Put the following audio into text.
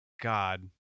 God